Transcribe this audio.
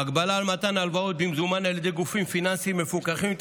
(הגבלה על מתן הלוואות במזומן על ידי גופים פיננסים מפוקחים),